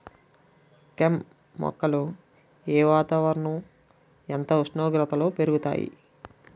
కెమ్ మొక్కలు ఏ వాతావరణం ఎంత ఉష్ణోగ్రతలో పెరుగుతాయి?